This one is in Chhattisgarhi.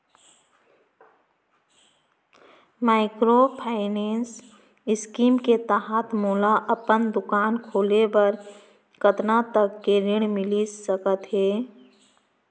माइक्रोफाइनेंस स्कीम के तहत मोला अपन दुकान खोले बर कतना तक के ऋण मिलिस सकत हे?